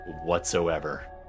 whatsoever